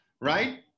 right